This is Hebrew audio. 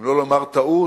אם לא לומר טעות,